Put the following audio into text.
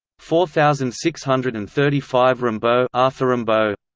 four thousand six hundred and thirty five rimbaud ah rimbaud